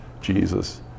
Jesus